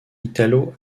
italo